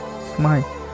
smile